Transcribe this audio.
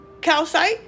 calcite